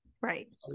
right